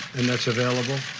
and that's available.